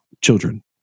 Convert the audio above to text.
children